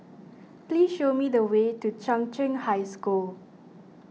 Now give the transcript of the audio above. please show me the way to Chung Cheng High School